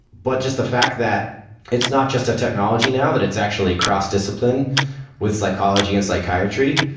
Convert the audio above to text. but just the fact that it's not just a technology now, that it's actually cross-discipline with psychology and psychiatry,